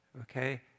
okay